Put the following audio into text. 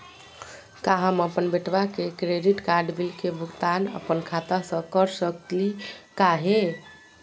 का हम अपन बेटवा के क्रेडिट कार्ड बिल के भुगतान अपन खाता स कर सकली का हे?